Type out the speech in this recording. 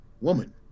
woman